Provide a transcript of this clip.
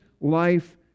life